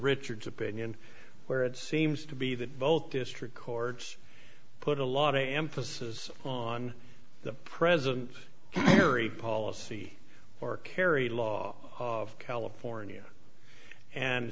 richard's opinion where it seems to be that both district chords put a lot of emphasis on the present carry policy or carry law of california and